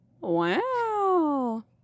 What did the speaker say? wow